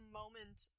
moment